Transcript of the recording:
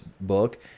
book